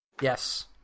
Yes